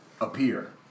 Appear